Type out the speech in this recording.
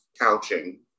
couching